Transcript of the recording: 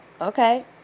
okay